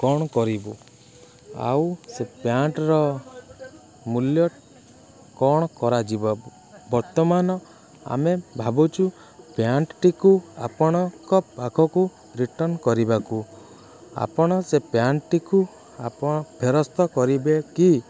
କ'ଣ କରିବୁ ଆଉ ସେ ପ୍ୟାଣ୍ଟ୍ର ମୂଲ୍ୟ କ'ଣ କରାଯିବ ବର୍ତ୍ତମାନ ଆମେ ଭାବୁଛୁ ପ୍ୟାଣ୍ଟ୍ଟିକୁ ଆପଣଙ୍କ ପାଖକୁ ରିଟର୍ଣ୍ଣ୍ କରିବାକୁ ଆପଣ ସେ ପ୍ୟାଣ୍ଟ୍ଟିକୁ ଆପଣ ଫେରସ୍ତ କରିବେ କି